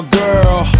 girl